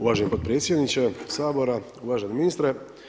Uvaženi potpredsjedniče Sabora, uvaženi ministre.